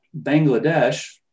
Bangladesh